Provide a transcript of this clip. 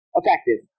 effective